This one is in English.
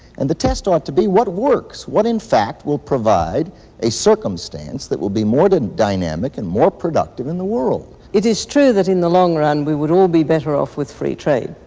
and the test ought to be what works? what, in fact, will provide a circumstance that will be more dynamic, and more productive in the world? it is true that in the long run we would all be better off with free trade.